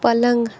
पलंग